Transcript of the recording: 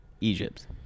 Egypt